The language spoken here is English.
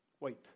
wait